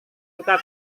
suka